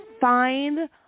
find